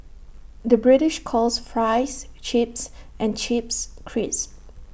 the British calls Fries Chips and Chips Crisps